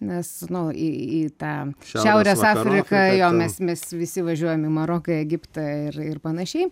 nes nu į į tą šiaurės afriką jo mes mes visi važiuojam į maroką tai ir ir panašiai